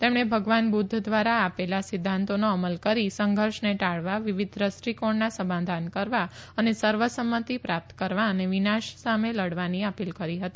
તેમણે ભગવાન બુદ્ધ દ્વારા આપેલા સિદ્ધાંતોનો અમલ કરી સંઘર્ષને ટાળવા વિવિધ દ્રષ્ટિકોણનો સમાધાન કરવા અને સર્વસંમતિ પ્રાપ્ત કરવા અને વિનાશ સામે લડવાની અપીલ કરી હતી